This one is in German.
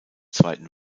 zweiten